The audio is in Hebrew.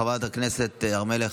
הכנסת הר מלך,